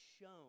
shown